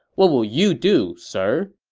what will you do, sir?